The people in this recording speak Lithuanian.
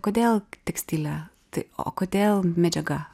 kodėl tekstilę tai o kodėl medžiaga